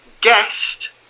guest